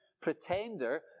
pretender